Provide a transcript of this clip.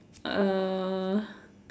uh